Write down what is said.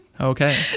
Okay